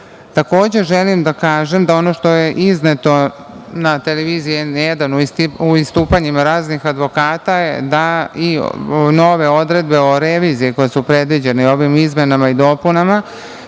malo. Takođe, želim da kažem da ono što je izneto na televiziji „N1“ u raznim istupanjima advokata je da i nove odredbe o reviziji koje su predviđene ovim izmenama i dopunama